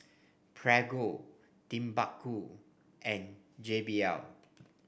Prego Timbuku and J B L